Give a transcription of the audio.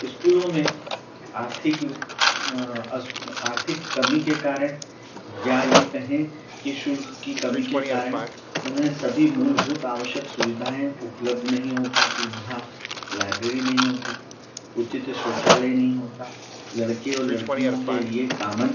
स्कूलों में आर्थिक आर्थिक कमी के कारण या यह कहें कि शुल्क की कमी के कारण उन्हें सभी मूलभूत आवश्यक सुविधाएँ उपलब्ध नहीं हो पातीं हैं वहाँ लाइब्रेरी नहीं होती उचित शौचालय नहीं होता लड़के और लड़कियों के लिए कॉमन